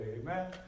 Amen